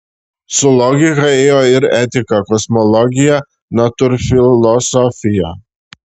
su logika ėjo ir etika kosmologija natūrfilosofija